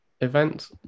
event